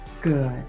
Good